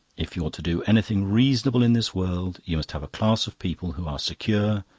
if you're to do anything reasonable in this world, you must have a class of people who are secure,